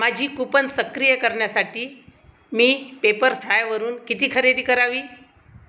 माझी कूपन सक्रिय करण्यासाठी मी पेपरफ्रायवरून किती खरेदी करावी